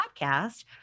podcast